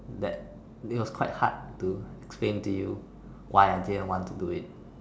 that it was quite hard to explain to you why I didn't want to do it